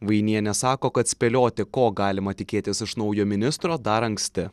vainienė sako kad spėlioti ko galima tikėtis iš naujo ministro dar anksti